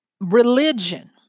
religion